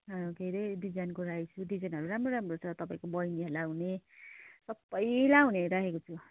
के अरे धेरै डिजाइनको राखेको छु डिजाइनहरू राम्रो राम्रो छ तपाईँको बहिनीहरूलाई हुने सबैलाई हुने राखेको छु